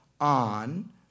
on